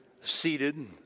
seated